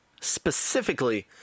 specifically